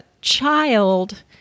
child